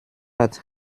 hat